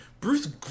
Bruce